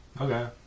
Okay